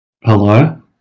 Hello